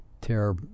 tear